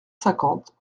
cinquante